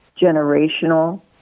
generational